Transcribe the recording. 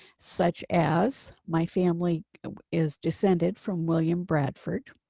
such as my family is descended from william bradford